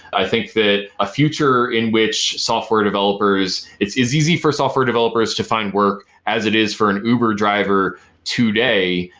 i think that a future in which software developers, it's it's easy for software developers to find work as it for an uber driver today.